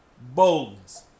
boldness